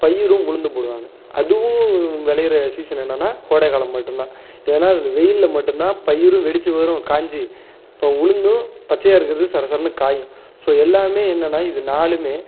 பயறும் உளுந்தும் போடுவாங்க அதுவும் விளையிற சீசன் என்னான்னால் கோடைக் காலம் மட்டும் தான் ஏன்னால் அது வெய்யிலில் மட்டும் தான் பயறும் வெடித்து வரும் காய்ஞ்சி இப்போ உளுந்தும் பச்சையாக இருக்கிறது சர சரன்னு காயும் ஸோ எல்லாமே என்னான்னால் இது நாலுமே